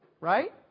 Right